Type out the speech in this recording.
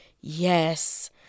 yes